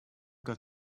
got